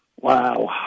Wow